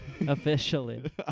Officially